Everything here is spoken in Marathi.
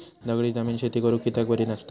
दगडी जमीन शेती करुक कित्याक बरी नसता?